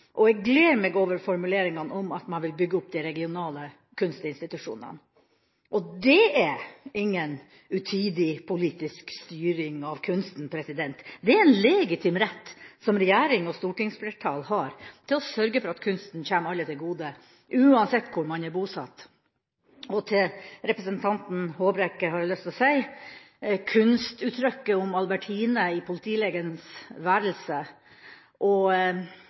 og jeg gleder meg over formuleringene om at man vil bygge opp de regionale kunstinstitusjonene. Og dét er ingen utidig politisk styring av kunsten; det er en legitim rett som regjeringen og stortingsflertallet har til å sørge for at kunsten kommer alle til gode, uansett hvor man er bosatt. Til representanten Håbrekke har jeg lyst til å si: Kunstuttrykket i bildet «Albertine i politilegens venteværelse», og